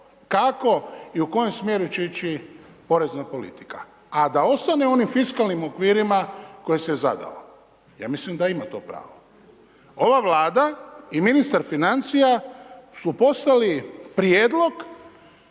kako i u kojem smjeru će ići porezna politika a da ostane u onim fiskalnim okvirima koje se zadao? Ja mislim da ima to pravo. Ova Vlada i ministar financija su poslali prijedlog